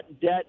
debt